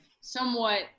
somewhat